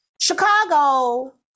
Chicago